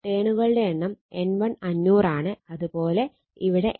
ടേണുകളുടെ എണ്ണം N1 500 ആണ് അത് പോലെ ഇവിടെ N2 1000 ടേണുകളാണ്